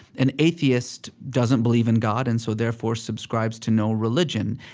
an atheist doesn't believe in god, and so therefore, subscribes to no religion.